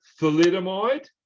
thalidomide